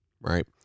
Right